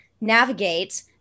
navigate